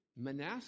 Manasseh